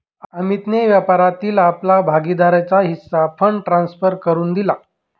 अमितने व्यापारातील आपला भागीदारीचा हिस्सा फंड ट्रांसफर करुन दिला